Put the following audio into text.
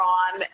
on